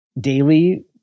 daily